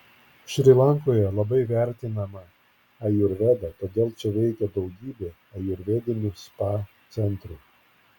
šri lankoje labai vertinama ajurveda todėl čia veikia daugybė ajurvedinių spa centrų